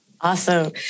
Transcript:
Awesome